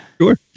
Sure